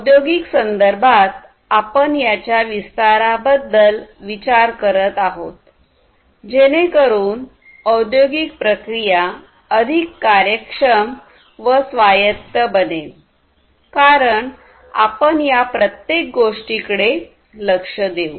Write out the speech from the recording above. औद्योगिक संदर्भात आपण याच्या विस्तारा बद्दल विचार करत आहोत जेणेकरून औद्योगिक प्रक्रिया अधिक कार्यक्षम व स्वायत्त बनेल कारण आपण या प्रत्येक गोष्टीकडे लक्ष देऊ